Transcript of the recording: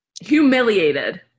Humiliated